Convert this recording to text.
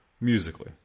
Musically